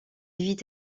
vit